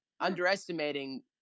underestimating